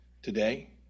Today